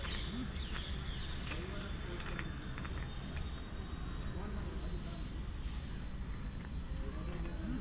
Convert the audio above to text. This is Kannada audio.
ಖನಿಜ ಬಳಕೆಯ ಪ್ರಸರಣದಿಂದ ರಸಗೊಬ್ಬರಗಳ ಬೆಳೆಯುತ್ತಿರುವ ಬಳಕೆ ಮಣ್ಣುಹಾಗೂ ಅಂತರ್ಜಲದಮೇಲೆ ಪರಿಣಾಮವಾಗಿದೆ